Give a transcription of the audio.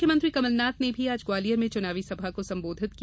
मुख्यमंत्री कमलनाथ ने भी आज ग्वालियर में चुनावी सभा को संबोधित किया